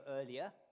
earlier